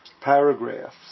paragraph